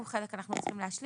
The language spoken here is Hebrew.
יש לי